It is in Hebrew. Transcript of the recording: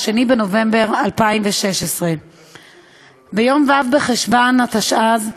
2 בנובמבר 2016. ביום ו' בחשוון התשע"ז,